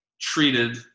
treated